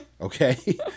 okay